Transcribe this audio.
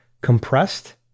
compressed